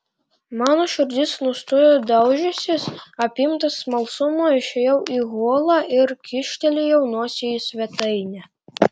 mano širdis nustojo daužiusis apimtas smalsumo išėjau į holą ir kyštelėjau nosį į svetainę